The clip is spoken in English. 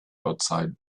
outside